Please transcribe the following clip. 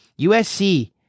USC